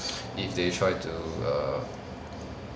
if they try to err